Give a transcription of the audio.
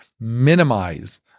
minimize